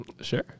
Sure